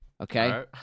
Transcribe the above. okay